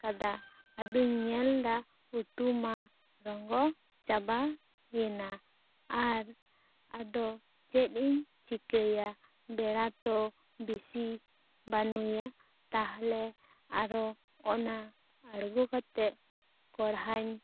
ᱟᱫᱚᱧ ᱧᱮᱞ ᱮᱫᱟ ᱩᱛᱩ ᱢᱟ ᱨᱚᱸᱜᱚ ᱪᱟᱵᱟᱭᱮᱱᱟ ᱟᱨ ᱟᱫᱚ ᱪᱮᱫ ᱤᱧ ᱪᱤᱠᱟ ᱭᱟ ᱵᱮᱲᱟ ᱛᱚ ᱵᱤᱥᱤ ᱵᱟᱱᱩᱭᱟ ᱛᱟᱦᱞᱮ ᱟᱨᱦᱚᱸ ᱚᱱᱟ ᱟᱲᱜᱩ ᱠᱟᱛᱮᱫ ᱠᱚᱲᱦᱟᱧ